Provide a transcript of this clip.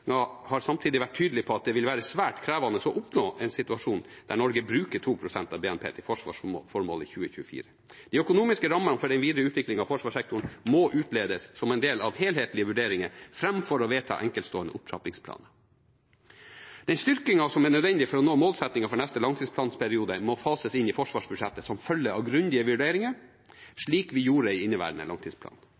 har samtidig vært tydelig på at det vil være svært krevende å oppnå en situasjon der Norge bruker 2 pst. av BNP til forsvarsformål i 2024. De økonomiske rammene for den videre utviklingen av forsvarssektoren må utledes som en del av helhetlige vurderinger framfor å vedta enkeltstående opptrappingsplaner. Den styrkingen som er nødvendig for å nå målsettingen for neste langtidsplanperiode, må fases inn i forsvarsbudsjettet som følge av grundige vurderinger, slik vi gjorde i inneværende langtidsplan.